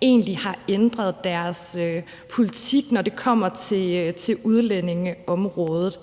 egentlig har ændret deres politik, når det kommer til udlændingeområdet,